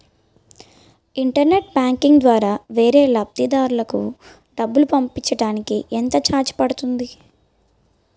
Internet banking ద్వారా వేరే లబ్ధిదారులకు డబ్బులు పంపించటానికి ఎంత ఛార్జ్ పడుతుంది?